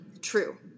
true